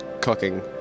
cooking